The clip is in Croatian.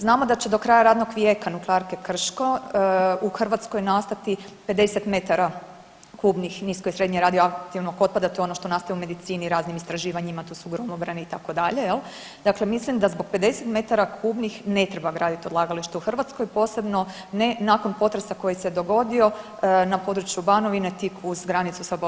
Znamo da će do kraja radnog vijeka Nuklearke Krško u Hrvatskoj nastati 50 m3 nisko i srednje radioaktivnog otpada, to je ono što nastaje u medicini raznim istraživanjima, to su gromobrani itd. jel, dakle mislim da zbog 50 m3 ne treba gradit odlagalište u Hrvatskoj, posebno ne nakon potresa koji se dogodio na području Banovine tik uz granicu sa BiH.